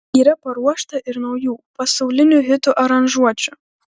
yra paruošta ir naujų pasaulinių hitų aranžuočių